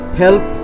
help